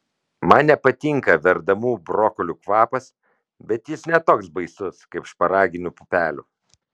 man nepatinka verdamų brokolių kvapas bet jis ne toks baisus kaip šparaginių pupelių